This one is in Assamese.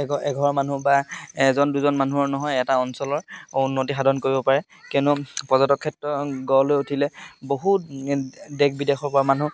এঘৰ এঘৰৰ মানুহ বা এজন দুজন মানুহৰ নহয় এটা অঞ্চলৰ উন্নতি সাধন কৰিব পাৰে কিয়নো পৰ্যটক ক্ষেত্ৰ গঢ় লৈ উঠিলে বহুত দেশ বিদেশৰ পৰা মানুহ